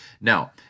now